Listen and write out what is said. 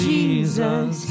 Jesus